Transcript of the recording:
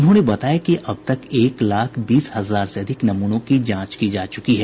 उन्होंने बताया कि अब तक एक लाख बीस हजार से अधिक नमूनों की जांच की जा चुकी है